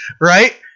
Right